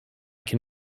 can